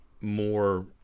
more